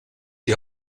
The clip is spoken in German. die